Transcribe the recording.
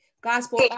gospel